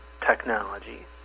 technology